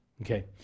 Okay